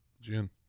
Gin